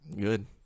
Good